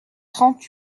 trente